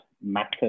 matter